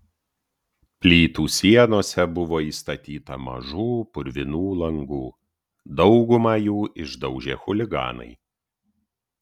plytų sienose buvo įstatyta mažų purvinų langų daugumą jų išdaužė chuliganai